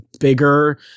bigger